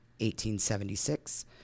1876